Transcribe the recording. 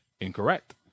incorrect